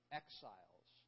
exiles